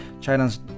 China's